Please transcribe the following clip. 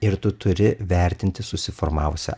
ir tu turi vertinti susiformavusią